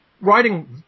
Writing